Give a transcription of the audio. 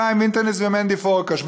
חיים וינטרניץ ומנדי פורקוש.